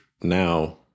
now